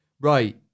Right